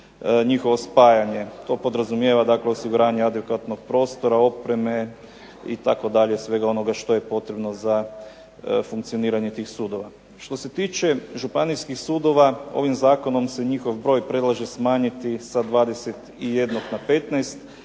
njihovo spajanje. To podrazumijeva dakle osiguranje adekvatnog prostora, opreme itd., svega onoga što je potrebno za funkcioniranje tih sudova. Što se tiče županijskih sudova, ovim zakonom se njihov broj predlaže smanjiti sa 21 na 15,